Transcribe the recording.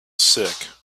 sick